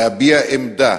להביע עמדה